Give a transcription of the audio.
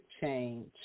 change